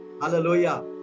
Hallelujah